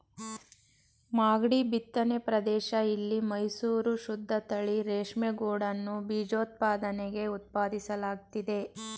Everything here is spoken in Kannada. ಮಾಗ್ಡಿ ಬಿತ್ತನೆ ಪ್ರದೇಶ ಇಲ್ಲಿ ಮೈಸೂರು ಶುದ್ದತಳಿ ರೇಷ್ಮೆಗೂಡನ್ನು ಬೀಜೋತ್ಪಾದನೆಗೆ ಉತ್ಪಾದಿಸಲಾಗ್ತಿದೆ